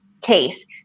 case